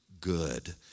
good